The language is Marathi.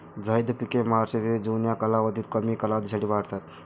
झैद पिके मार्च ते जून या कालावधीत कमी कालावधीसाठी वाढतात